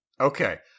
Okay